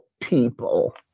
people